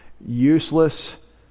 useless